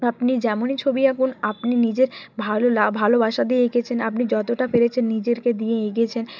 আপনি যেমনই ছবি আঁকুন আপনি নিজের ভালো ভালোবাসা দিয়ে এঁকেছেন আপনি যতটা পেরেছেন নিজেরকে দিয়ে এঁকেছেন